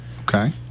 Okay